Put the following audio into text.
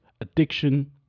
addiction